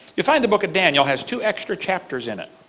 you find the book of daniel has two extra chapters in it.